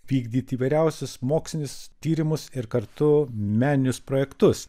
vykdyt įvairiausius mokslinius tyrimus ir kartu meninius projektus